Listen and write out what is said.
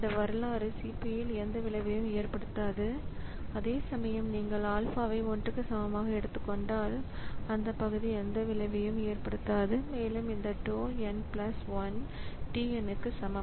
இந்த வரலாறு CPU இல் எந்த விளைவையும் ஏற்படுத்தாது அதேசமயம் நீங்கள் ஆல்பாவை 1 க்கு சமமாக எடுத்துக் கொண்டால் இந்த பகுதி எந்த விளைவையும் ஏற்படுத்தாது மேலும் இந்த tau n 1 t n க்கு சமம்